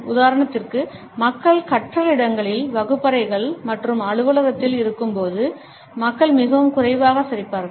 உதாரணத்திற்கு மக்கள் கற்றல் இடங்களில் வகுப்பறைகள் மற்றும் அலுவலகத்தில் இருக்கும்போது மக்கள் மிகவும் குறைவாக சிரிப்பார்கள்